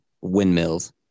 windmills